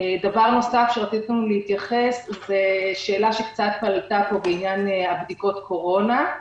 דבר נוסף זה השאלה שעלתה פה בעניין בדיקות קורונה.